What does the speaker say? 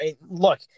Look